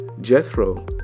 Jethro